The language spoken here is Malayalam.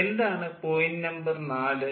എന്താണ് പോയിൻ്റ് നമ്പർ 4